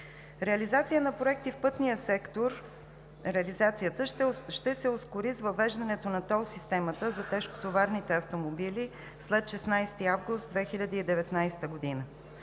Реализацията на проекти в пътния сектор ще се ускори с въвеждането на тол системата за тежкотоварните автомобили след 16 август 2019 г.